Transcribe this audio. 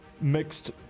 mixed